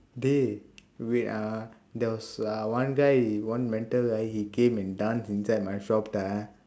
dey wait ah there was uh one guy he [one] mental right he came and dance inside my shop ah